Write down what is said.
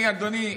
אני, אדוני,